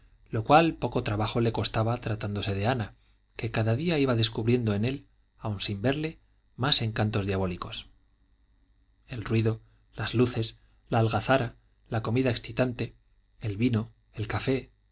lo cual poco trabajo le costaba tratándose de ana que cada día iba descubriendo en él aun sin verle más encantos diabólicos el ruido las luces la algazara la comida excitante el vino el café